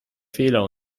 fehler